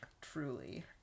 truly